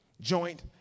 joint